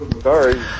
Sorry